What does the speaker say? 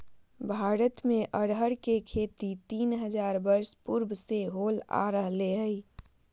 भारत में अरहर के खेती तीन हजार वर्ष पूर्व से होल आ रहले हइ